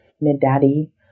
mid-daddy